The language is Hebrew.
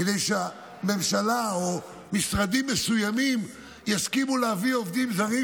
כדי שהממשלה או משרדים מסוימים יסכימו להביא עובדים זרים,